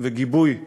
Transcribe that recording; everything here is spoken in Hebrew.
וגיבוי אידיאולוגי,